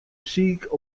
siik